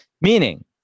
Meaning